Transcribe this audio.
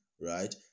right